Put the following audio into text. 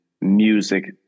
music